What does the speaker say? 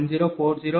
0001040170